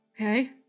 Okay